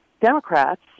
democrats